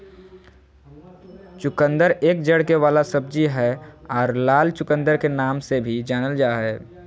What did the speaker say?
चुकंदर एक जड़ वाला सब्जी हय आर लाल चुकंदर के नाम से भी जानल जा हय